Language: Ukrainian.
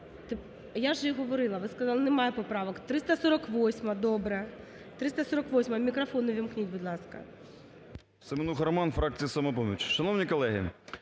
Я ж говорила, ви сказали немає поправок. 348-а. Добре. 348-а, мікрофон увімкніть, будь ласка.